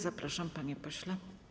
Zapraszam, panie pośle.